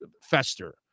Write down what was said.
fester